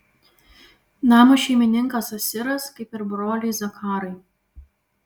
namo šeimininkas asiras kaip ir broliai zakarai